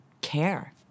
care